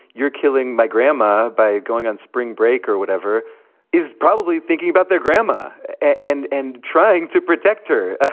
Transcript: you're killing my grandma by going on spring break or whatever is probably thinking about their grandma and and trying to protect her. ah